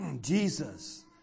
Jesus